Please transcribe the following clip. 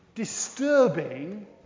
disturbing